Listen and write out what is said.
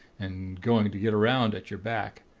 and going to get round at your back.